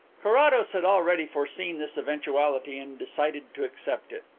carrados had already foreseen this eventuality and decided to accept it.